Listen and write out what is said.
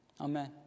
Amen